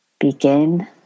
begin